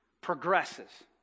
progresses